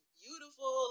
beautiful